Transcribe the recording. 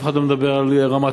אף אחד לא מדבר על רמת-אשכול.